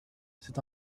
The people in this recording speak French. c’est